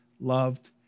loved